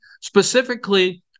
specifically